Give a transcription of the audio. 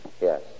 yes